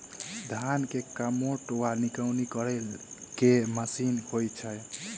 धान मे कमोट वा निकौनी करै लेल केँ मशीन होइ छै?